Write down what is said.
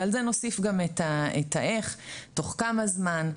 ועל זה נוסיף גם את ה"איך" תוך כמה זמן,